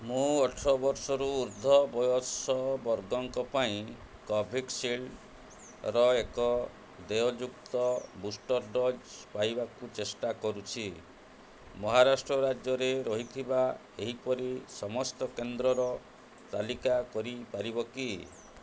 ମୁଁ ଅଠର ବର୍ଷରୁ ଉର୍ଦ୍ଧ ବୟସ ବର୍ଗଙ୍କ ପାଇଁ କୋଭିଶିଲ୍ଡର ଏକ ଦେୟଯୁକ୍ତ ବୁଷ୍ଟର୍ ଡୋଜ୍ ପାଇବାକୁ ଚେଷ୍ଟା କରୁଛି ମହାରାଷ୍ଟ୍ର ରାଜ୍ୟରେ ରହିଥିବା ଏହିପରି ସମସ୍ତ କେନ୍ଦ୍ରର ତାଲିକା କରିପାରିବ କି